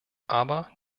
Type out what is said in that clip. aber